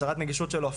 הצהרת נגישות שלו,